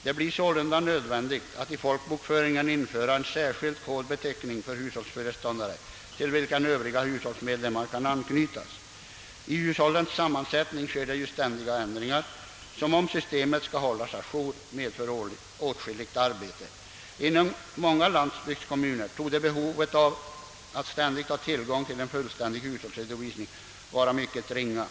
Det blir sålunda nödvändigt att i folkbokföringen införa en särskild kodbeteckning för hushållsföreståndare, till vilken övriga hushållsmedlemmar kan anknytas. I hushållens sammansättning sker ständiga ändringar, som om systemet skall hållas aktuellt medför åtskilligt arbete. Inom många landsbygdskommuner torde behovet av att ständigt ha tillgång till en fullständig hushållsredovisning vara mycket ringa.